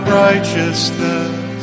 righteousness